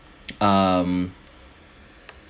um